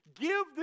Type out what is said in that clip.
give